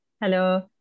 Hello